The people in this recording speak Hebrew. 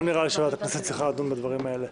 לא נראה לי שוועדת הכנסת צריכה לדון בדברים האלה.